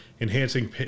enhancing